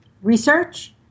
research